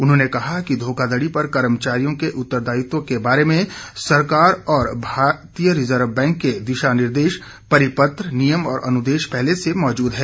उन्होंने कहा कि धोखाधड़ी पर कर्मचारियों के उत्तरदायित्व के बारे में सरकार और भारतीय रिजर्व बैंक के दिशा निर्देश परिपत्र नियम और अनुदेश पहले से मौजूद हैं